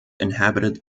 inhabited